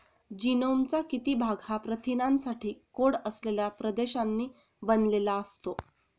जीनोमचा किती भाग हा प्रथिनांसाठी कोड असलेल्या प्रदेशांनी बनलेला असतो?